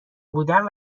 بودن